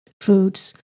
foods